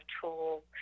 tools